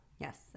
Yes